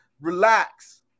relax